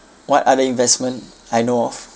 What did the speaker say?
what other investment I know of